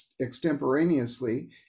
extemporaneously